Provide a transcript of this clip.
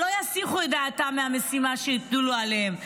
שלא יסיחו את דעתם מהמשימה שהטילו עליהם,